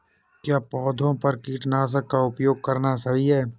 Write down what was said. क्या पौधों पर कीटनाशक का उपयोग करना सही है?